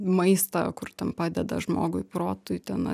maistą kur ten padeda žmogui protui ten